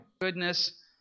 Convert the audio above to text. goodness